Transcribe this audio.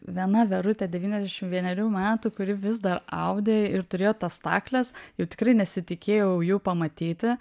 viena verutė devyniasdešim vienerių metų kuri vis dar audė ir turėjo tas stakles jau tikrai nesitikėjau jų pamatyti